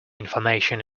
information